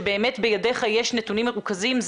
בידך יש נתונים מרוכזים.